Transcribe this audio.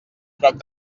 prop